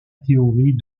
théorie